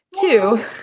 Two